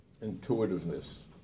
intuitiveness